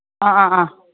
ꯑ